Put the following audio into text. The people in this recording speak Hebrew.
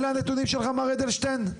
הבנתי, אלה הנתונים של מר אדלשטיין?